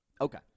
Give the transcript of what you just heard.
Okay